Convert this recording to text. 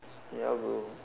ya bro